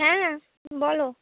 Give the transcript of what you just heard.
হ্যাঁ বলো